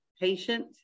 patient